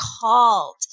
called